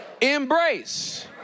embrace